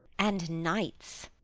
and knights.